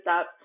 up